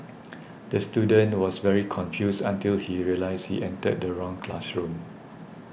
the student was very confused until he realised he entered the wrong classroom